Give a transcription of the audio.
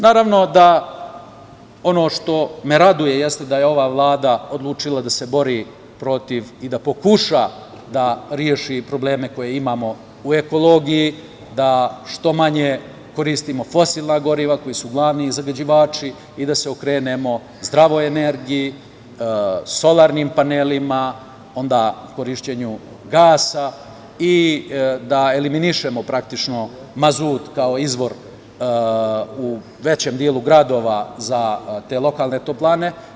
Naravno da ono što me raduje jeste da je ova Vlada odlučila da se bori protiv i da pokuša da reši probleme koje imamo u ekologiji, da što manje koristimo fosilna goriva, koji su glavni zagađivači i da se okrenemo zdravoj energiji, solarnim panelima, onda korišćenju gasa i da eliminišemo, praktično, mazut kao izvor u većem delu gradova za te lokalne toplane.